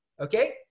Okay